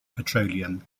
petroleum